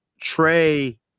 Trey